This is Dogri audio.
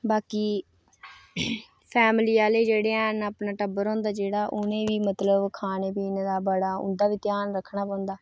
ते बाकी फेमिली आह्ले जेह्ड़े हैन अपना टब्बर होंदा जेह्ड़ा उ'नेंगी बी मतलब ओह् खाने पीने दा बड़ा उंदा बी ध्यान रक्खना पौंदा